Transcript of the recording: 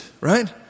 right